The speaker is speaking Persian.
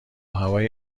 هوای